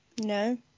No